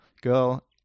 Girl